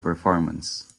performance